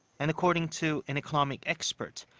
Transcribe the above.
and according to an economic expert,